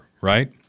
right